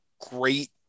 great